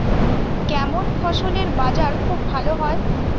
কেমন ফসলের বাজার খুব ভালো হয়?